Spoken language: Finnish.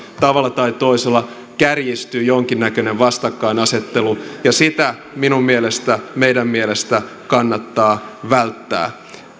tavalla tai toisella kärjistyy jonkinnäköinen vastakkainasettelu ja sitä minun mielestäni meidän mielestämme kannattaa välttää